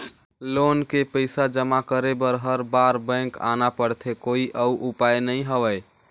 Loan के पईसा जमा करे बर हर बार बैंक आना पड़थे कोई अउ उपाय नइ हवय?